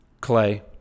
Clay